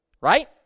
right